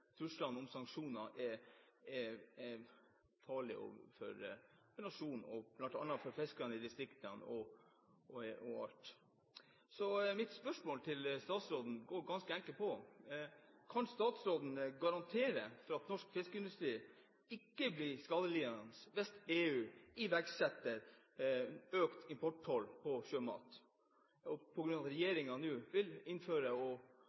om sanksjoner er farlige for nasjonen og bl.a. for fiskerne i distriktene og alt. Så mitt spørsmål til statsråden er ganske enkelt: Kan statsråden garantere for at norsk fiskeindustri ikke blir skadelidende hvis EU iverksetter økt importtoll på sjømat på grunn av det regjeringen nå vil innføre